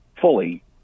fully